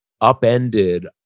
upended